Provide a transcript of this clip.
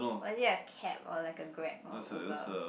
one day I cab or like a Grab or a Uber